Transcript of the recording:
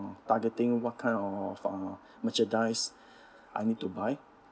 targeting what kind of uh merchandise I need to buy